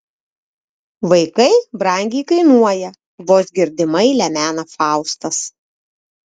vaikai brangiai kainuoja vos girdimai lemena faustas